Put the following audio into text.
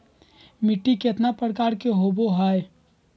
मिट्टी केतना प्रकार के होबो हाय?